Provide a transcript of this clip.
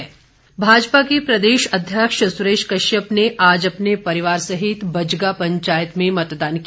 सुरेश कश्यप भाजपा के प्रदेशाध्यक्ष सुरेश कश्यप ने आज अपने परिवार सहित बज्गा पंचायत में मतदान किया